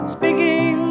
Speaking